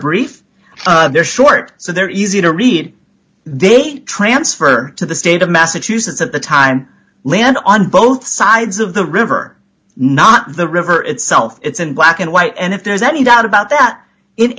brief they're short so they're easy to read they transfer to the state of massachusetts at the time land on both sides of the river not the river itself it's in black and white and if there's any doubt about that in